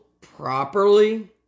properly